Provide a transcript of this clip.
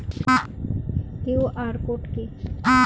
QR code কি?